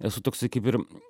esu toksai kaip ir